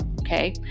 Okay